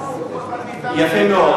צריך לשמור כל אחד מאתנו, יפה מאוד.